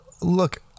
Look